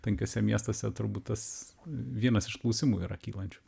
penkiuose miestuose turbūt tas vienas iš klausimų yra kylančių